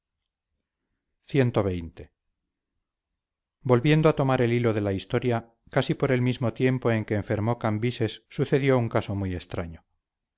imperio cxx volviendo a tomar el hilo de la historia casi por el mismo tiempo en que enfermó cambises sucedió un caso muy extraño